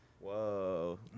Whoa